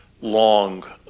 long